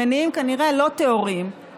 ממניעים כנראה לא טהורים,